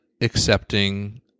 accepting